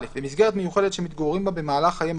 (א) במסגרת מיוחדת שמתגוררים בה במהלך חייהם